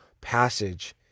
passage